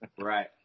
Right